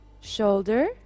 shoulder